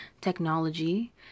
technology